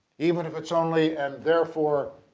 even if it's only and therefore.